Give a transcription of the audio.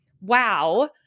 wow